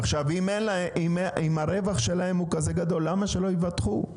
עכשיו, אם הרווח שלהם כזה גדול ,למה שלא יבטחו?